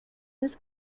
this